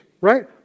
right